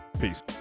Peace